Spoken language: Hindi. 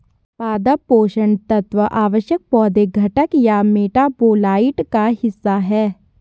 पादप पोषण तत्व आवश्यक पौधे घटक या मेटाबोलाइट का हिस्सा है